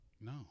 No